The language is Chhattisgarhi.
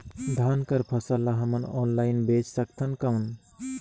धान कर फसल ल हमन ऑनलाइन बेच सकथन कौन?